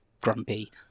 grumpy